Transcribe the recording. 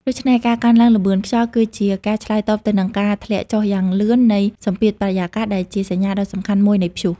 ដូច្នេះ ការកើនឡើងល្បឿនខ្យល់គឺជាការឆ្លើយតបទៅនឹងការធ្លាក់ចុះយ៉ាងលឿននៃសម្ពាធបរិយាកាស ដែលជាសញ្ញាដ៏សំខាន់មួយនៃព្យុះ។